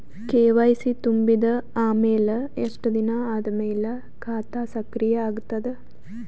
KYC ತುಂಬಿದ ಅಮೆಲ ಎಷ್ಟ ದಿನ ಆದ ಮೇಲ ಖಾತಾ ಸಕ್ರಿಯ ಅಗತದ?